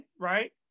right